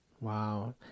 Wow